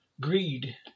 greed